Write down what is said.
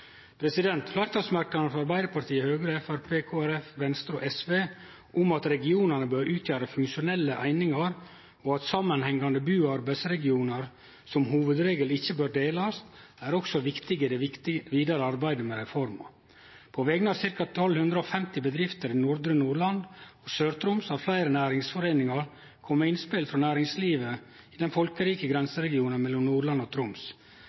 frå Arbeiderpartiet, Høgre, Framstegspartiet, Kristeleg Folkeparti, Venstre og SV om at regionane bør utgjere funksjonelle einingar, og at samanhengande bu- og arbeidsregionar som hovudregel ikkje bør delast, er også viktige i det vidare arbeidet med reforma. På vegner av ca. 1 250 bedrifter i nordre Nordland og Sør-Troms har fleire næringsforeiningar kome med innspel frå næringslivet i den folkerike grenseregionen mellom Nordland og Troms.